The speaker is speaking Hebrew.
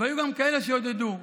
והיו גם כאלה שעודדו.